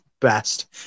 best